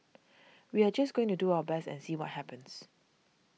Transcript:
we are just going to do our best and see what happens